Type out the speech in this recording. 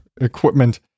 equipment